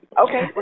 Okay